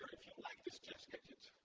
if you like this chess gadget,